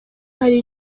hari